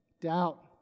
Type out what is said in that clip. Doubt